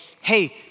Hey